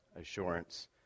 assurance